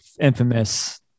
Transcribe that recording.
infamous